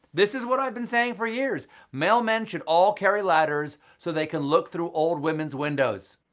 this is what i've been saying for years mailmen should all carry ladders so they can look through old women's windows!